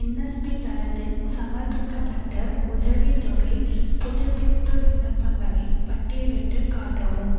NSP தளத்தில் சமர்ப்பிக்கப்பட்ட உதவித்தொகைப் புதுப்பிப்பு விண்ணப்பங்களைப் பட்டியலிட்டுக் காட்டவும்